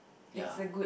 ya